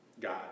God